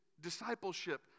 discipleship